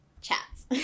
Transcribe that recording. chats